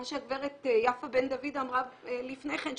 מה שהגברת יפה בן דוד אמרה לפני כן,